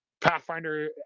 Pathfinder